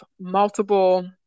multiple